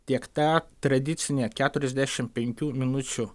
tiek ta tradicinė keturiasdešimt penkių minučių